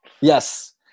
Yes